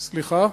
סליחה?